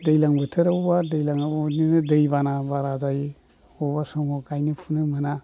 दैज्लां बोथोरावबा दैलांआव बिदिनो दैबाना बारा जायो बबेबा समाव गायनो फुनो मोना